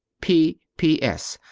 p p s.